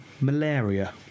Malaria